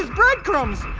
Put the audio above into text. bread crumbs.